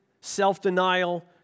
self-denial